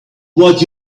what